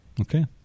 Okay